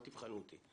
אל תבחנו אותי.